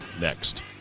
next